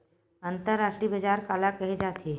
अंतरराष्ट्रीय बजार काला कहे जाथे?